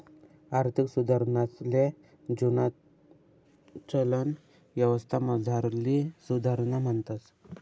आर्थिक सुधारणासले जुना चलन यवस्थामझारली सुधारणा म्हणतंस